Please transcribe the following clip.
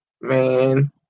man